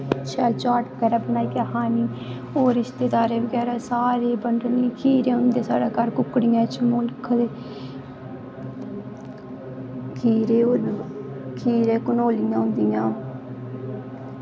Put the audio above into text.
शैल चार्ट बगैरा बनाइयै खाने होर रिश्तेदारें गी बगैरा सारें गी बंडने खीरे होंदे साढ़े घर कुकड़ियां च मुल्ख खीरे खीरे कनोलियां होंदियां